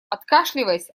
откашливаясь